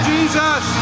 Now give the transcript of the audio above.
Jesus